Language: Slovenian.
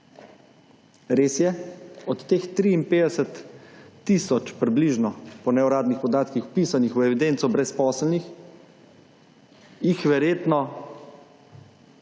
Res je, od teh 53 tisoč, približno, po neuradnih podatkih, vpisanih v evidenco brezposelnih, jih je verjetno